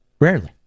Rarely